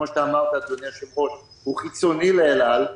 שכפי שאתה אמרת אדוני היושב-ראש הוא חיצוני לאל-על,